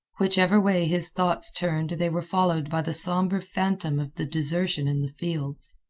whichever way his thoughts turned they were followed by the somber phantom of the desertion in the fields.